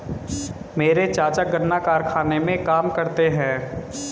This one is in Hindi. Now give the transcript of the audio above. मेरे चाचा गन्ना कारखाने में काम करते हैं